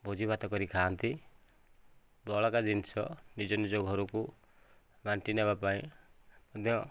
ଭୋଜିଭାତ କରି ଖାଆନ୍ତି ବଳକା ଜିନିଷ ନିଜ ନିଜ ଘରକୁ ବାଣ୍ଟିନେବା ପାଇଁ ମଧ୍ୟ